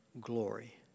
glory